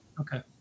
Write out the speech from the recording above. Okay